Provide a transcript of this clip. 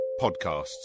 podcasts